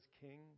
king